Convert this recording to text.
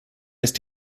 ist